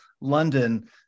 London